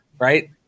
Right